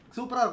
Super